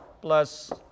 plus